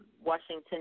Washington